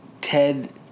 Ted